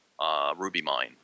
RubyMine